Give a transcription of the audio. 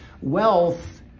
wealth